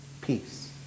peace